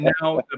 now